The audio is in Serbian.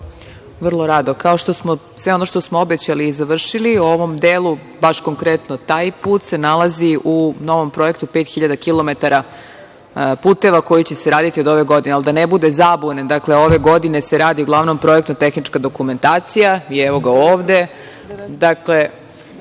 Vrlo rado. Kao što smo sve ono što smo obećali i završili, u ovom delu, baš konkretno taj put se nalazi u novom projektu "Pet hiljada kilometara puteva" koji će se raditi od ove godine. Ali, da ne bude zabune. Ove godine se radi uglavnom projektno-tehnička dokumentacija i evo ga ovde,